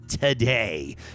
today